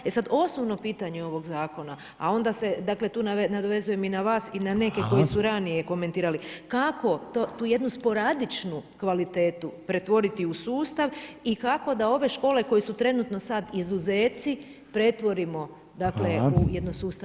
E sad, osnovno pitanje ovog zakona, a onda se dakle, tu nadovezujem i na vas i na neke koji su ranije komentirali, kako tu jednu sporadičnu kvalitetu pretvoriti u sustav i kako da ove škole koje su trenutno sad izuzeci pretvorimo u jednu sustavnu